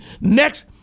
next